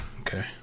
Okay